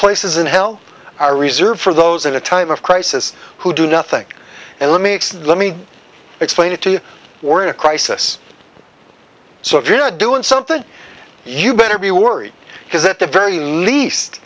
places in hell are reserved for those in a time of crisis who do nothing and let me let me explain it to you we're in a crisis so if you're not doing something you better be worried because at the very least